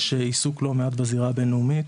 יש עיסוק לא מעט בזירה הבינלאומית.